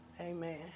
Amen